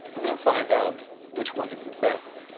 we're gonna find out which one is the best.